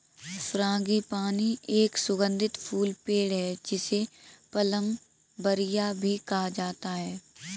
frangipani एक सुगंधित फूल पेड़ है, जिसे प्लंबरिया भी कहा जाता है